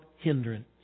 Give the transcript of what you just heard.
hindrance